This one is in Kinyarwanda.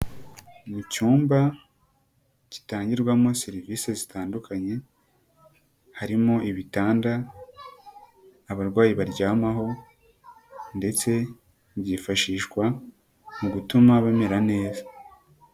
Mu cyumba gitangirwamo serivisi zitandukanye, harimo ibitanda abarwayi baryamaho ndetse byifashishwa mu gutuma bamera neza.